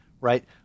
right